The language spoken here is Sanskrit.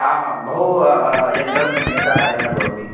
आमां बहूनि यन्त्राणि सम्यक्तया कार्यं न करोति